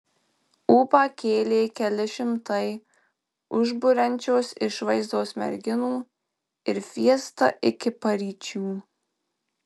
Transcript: ūpą kėlė keli šimtai užburiančios išvaizdos merginų ir fiesta iki paryčių